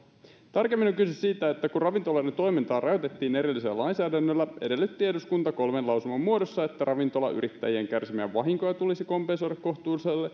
tarkemmin on kyse siitä että kun ravintoloiden toimintaa rajoitettiin erillisellä lainsäädännöllä edellytti eduskunta kolmen lausuman muodossa että ravintolayrittäjien kärsimiä vahinkoja tulisi kompensoida